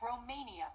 Romania